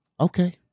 Okay